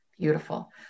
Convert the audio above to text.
beautiful